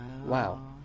Wow